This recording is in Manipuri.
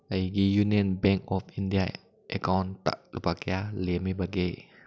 ꯑꯩꯒꯤ ꯌꯨꯅꯤꯌꯟ ꯕꯦꯡ ꯑꯣꯐ ꯏꯟꯗꯤꯌꯥ ꯑꯦꯀꯥꯎꯟꯗ ꯂꯨꯄꯥ ꯀꯌꯥ ꯂꯦꯝꯏꯕꯒꯦ